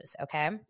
Okay